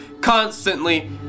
constantly